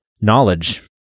knowledge